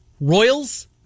Royals